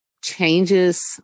changes